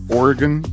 oregon